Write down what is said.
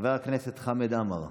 חבר הכנסת חמד עמאר,